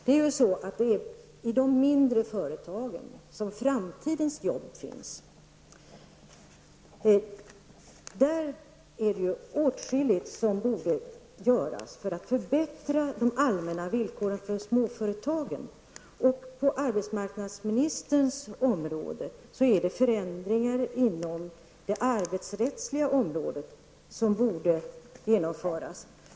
Det är ju i de mindre företagen som framtidens jobb finns. Det finns åtskilligt som borde göras för att förbättra de allmänna villkoren för småföretagen, och på arbetsmarknadsministerns område är det förändringar inom det arbetsrättsliga området som borde genomföras.